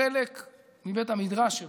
חלק מבית המדרש שלו.